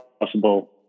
possible